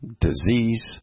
disease